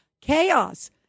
chaos